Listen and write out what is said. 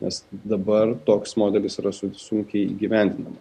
nes dabar toks modelis yra su sunkiai įgyvendinama